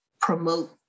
promote